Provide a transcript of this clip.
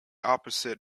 opposite